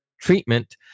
treatment